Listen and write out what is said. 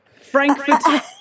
Frankfurt